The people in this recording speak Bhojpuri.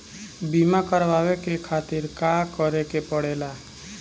बीमा करेवाए के खातिर का करे के पड़ेला?